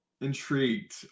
intrigued